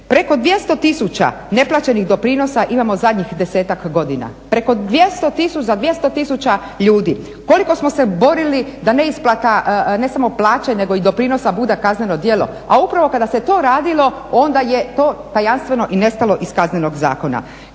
preko 200 000 neplaćenih doprinosa imamo zadnjih 10-ak godina, preko za 200 000 ljudi. Koliko smo se borili da neisplata, ne samo plaće nego i doprinosa, bude kazneno djelo, a upravo kada se to radilo onda je to tajanstveno i nestalo iz Kaznenog zakona.